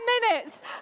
minutes